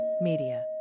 Media